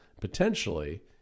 potentially